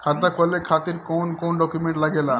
खाता खोले खातिर कौन कौन डॉक्यूमेंट लागेला?